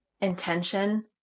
intention